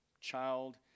child